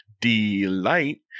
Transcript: Delight